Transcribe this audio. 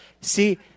See